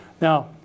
Now